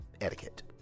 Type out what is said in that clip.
etiquette